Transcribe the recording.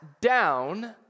down